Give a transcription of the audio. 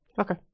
Okay